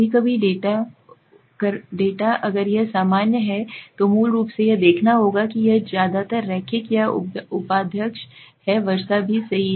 कभी कभी डेटा अगर यह सामान्य है तो मूल रूप से यह देखना होगा कि यह ज्यादातर रैखिक या उपाध्यक्ष है वर्सा भी सही